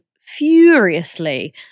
furiously